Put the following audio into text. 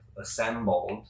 assembled